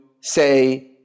say